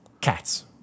cats